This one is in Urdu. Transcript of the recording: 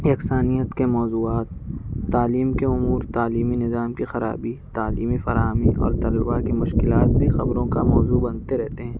یکسانیت کے موضوعات تعلیم کے امور تعلیمی نظام کی خرابی تعلیمی فراہمی اور طلبا کی مشکلات بھی خبروں کا موضوع بنتے رہتے ہیں